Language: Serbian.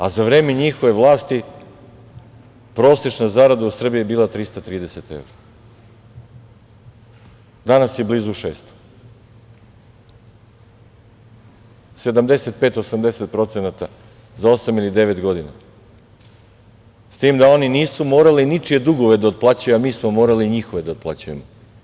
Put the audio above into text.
A za vreme njihove vlasti prosečna zarada u Srbiji je bila 330 evra, a danas je blizu 600, 75/80% za osam ili devet godina s tim da oni nisu morali ničije dugove da otplaćuju, a mi smo morali njihove da otplaćujemo.